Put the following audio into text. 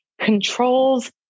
controls